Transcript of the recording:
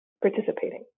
participating